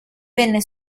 venne